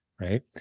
right